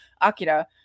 Akira